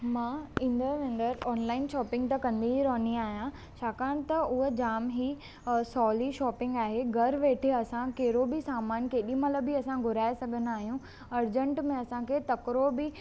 मां ईंदड़ु वेंदड़ ऑनलाइन शॉपिंग त कंदी ई रहंदी आहियां छाकाणि त उहो जाम ई सवली शॉपिंग आहे घरु वेठे असां कहिड़ो बि सामान केॾी महिल बि असां घुराए सघंदा आहियूं अर्जेंट में असांखे तकिड़ो बि